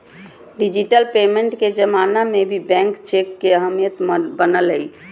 digital payment के जमाना में भी बैंक चेक के अहमियत बनल हइ